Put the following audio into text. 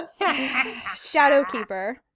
Shadowkeeper